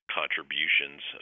contributions